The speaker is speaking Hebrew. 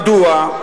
מדוע?